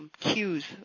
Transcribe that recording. cues